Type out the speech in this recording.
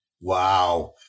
Wow